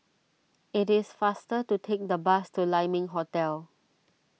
it is faster to take the bus to Lai Ming Hotel